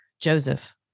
Joseph